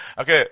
Okay